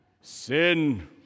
sin